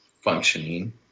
functioning